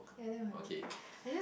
oh okay